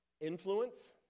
Influence